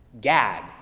gag